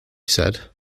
said